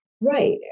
Right